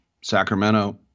Sacramento